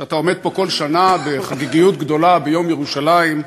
כשאתה עומד פה כל שנה בחגיגיות גדולה ביום ירושלים,